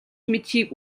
мэдэхийг